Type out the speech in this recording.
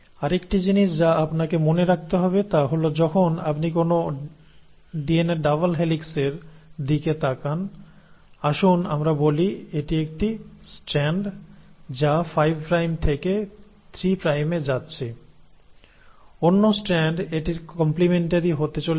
আরেকটি জিনিস যা আপনাকে মনে রাখতে হবে তা হল যখন আপনি কোনও ডিএনএ ডাবল হেলিক্সের দিকে তাকান আসুন আমরা বলি এটি একটি স্ট্র্যান্ড যা 5 প্রাইম থেকে 3 প্রাইমে যাচ্ছে অন্য স্ট্র্যান্ড এটির কম্প্লিমেন্টারি হতে চলেছে